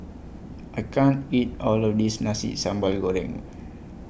I can't eat All of This Nasi Sambal Goreng